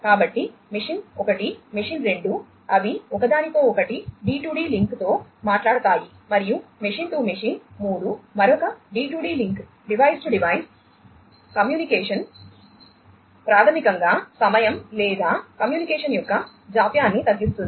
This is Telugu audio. కాబట్టి మెషిన్ 1 మెషిన్ 2 అవి ఒకదానితో ఒకటి డి2డి లింక్ కమ్యూనికేషన్ ప్రాథమికంగా సమయం లేదా కమ్యూనికేషన్ యొక్క జాప్యాన్ని తగ్గిస్తుంది